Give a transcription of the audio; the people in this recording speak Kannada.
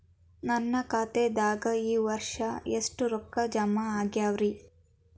ನನ್ನ ಖಾತೆದಾಗ ಈ ವರ್ಷ ಎಷ್ಟು ರೊಕ್ಕ ಜಮಾ ಆಗ್ಯಾವರಿ?